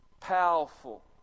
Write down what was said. powerful